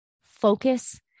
focus